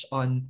on